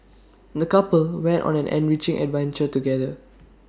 the couple went on an enriching adventure together